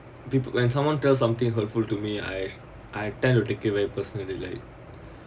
people when someone tell something hurtful to me I I tend to take it very personally like